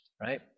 Right